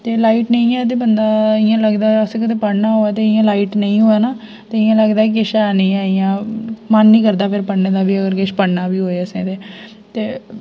ते लाइट नेईं ऐ ते बंदा इ'यां लगदा असें गै नेईं पढ़ना होवै ते इ'यां लाइट नेईं होऐ ना ते इ'यां लगदा किश ऐ निं ऐ इ'यां मन नेईं करदा फिर पढ़ने दा बी अगर किश पढ़ना बी होवै असें ते